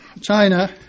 China